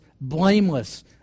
blameless